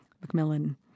Macmillan